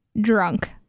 drunk